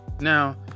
now